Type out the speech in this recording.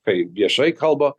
kai viešai kalba